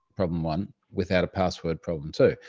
problem one, without a password, problem two.